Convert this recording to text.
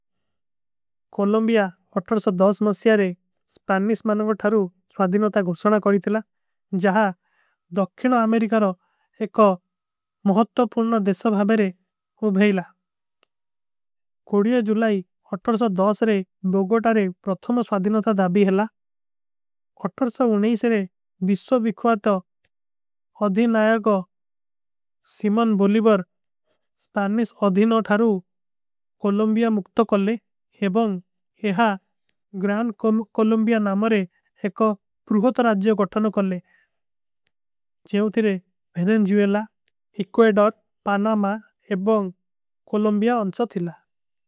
କଲମ୍ବିଯା ନସ୍ଯାରେ ସ୍ପାନିସ ମନଵଠାରୂ ସ୍ଵାଧିନତା ଗୁଷନା କରୀ। ଥିଲା ଜହାଂ ଦକ୍ଷିନ ଅମେରିକାରୋ ଏକ ମହତ୍ତପୂର୍ଣ ଦେଶଭାବେରେ ହୁବହୀଲା। କୋଡିଯୋ ଜୁଲାଈ ରେ ଦୋଗୋଟାରେ ପ୍ରତ୍ଥମ ସ୍ଵାଧିନତା ଦାଵୀ ହିଲା ରେ ଵିଶ୍ଵ। ଵିଖ୍ଵାତ ଅଧିନ ଆଯା କୋ ସିମନ ଭୂଲିବର ସ୍ପାନିସ ଅଧିନ ଅଧ୍ଯାରୂ। କଲମ୍ବିଯା ମୁକ୍ତ କଲେ ଏବଂଗ ଏହା ଗ୍ରାଂ। କଲମ୍ବିଯା ନାମରେ ଏକ ପୁରୁହତ ରାଜ୍ଯା କଠାନ କଲେ ଜୈଵ ତିରେ ଭେରେଂ। ଜୁଲା ଇକ୍କୋଈଡର୍ ପାନାମା ଏବଂଗ କଲମ୍ବିଯା ଅଂଚ ଥିଲା।